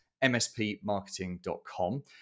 mspmarketing.com